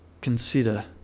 consider